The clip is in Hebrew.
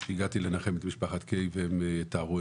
כאשר הגעתי לנחם את משפחת קיי והם יתארו,